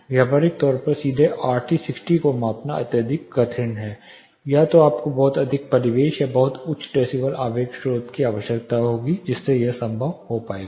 व्यावहारिक तौर पर सीधे आरटी 60 को मापना अत्यधिक कठिन है या तो आपको बहुत अधिक परिवेश या बहुत उच्च डेसिबल आवेग स्रोत की आवश्यकता होगी जिसके साथ यह संभव होगा